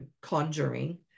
conjuring